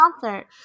concert